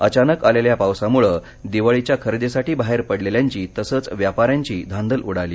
अचानक आलेल्या या पावसामुळे दिवाळीच्या खरेदीसाठी बाहेर पडलेल्यांची तसेच व्यापाऱ्यांची धांदल उडाली